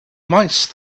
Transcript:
must